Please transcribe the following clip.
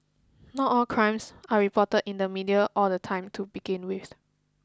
not all crimes are reported in the media all the time to begin with